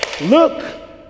Look